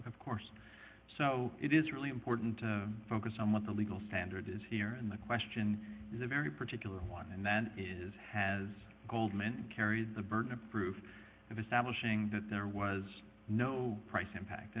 of course so it is really important to focus on what the legal standard is here in the question is a very particular one and then is has goldman carried the burden of proof establishing that there was no price impact